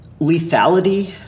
Lethality